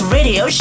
Radio